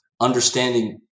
understanding